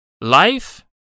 Life